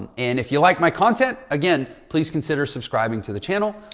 and and if you like my content again, please consider subscribing to the channel.